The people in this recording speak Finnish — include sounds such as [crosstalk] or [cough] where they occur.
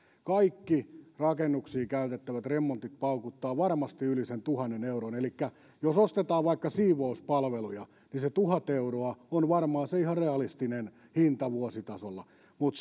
kaikki rakennuksiin tehtävät remontit paukuttavat varmasti yli sen tuhannen euron elikkä jos ostetaan vaikka siivouspalveluja niin se tuhat euroa on varmaan ihan realistinen hinta vuositasolla mutta [unintelligible]